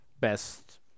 best